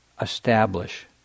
establish